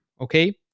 Okay